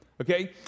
okay